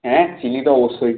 হ্যাঁ চিনি তো অবশ্যই